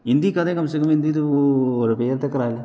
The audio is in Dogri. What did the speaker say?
इंदी कदें कम से कम इंदी ओह् रिपेयर ते कराई लै